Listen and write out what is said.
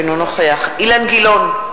אינו נוכח אילן גילאון,